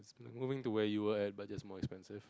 going to where you were at but it just more expensive